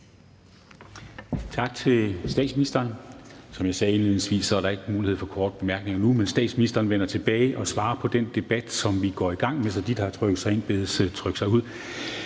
Tak til statsministeren. Som jeg sagde indledningsvis, er der ikke mulighed for korte bemærkninger nu, men statsministeren vender tilbage og svarer på den debat, som vi går i gang med. Så de, der har trykket sig ind, bedes trykke sig ud.